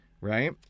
right